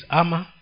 armor